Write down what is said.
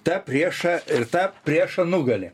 tą priešą ir tą priešą nugali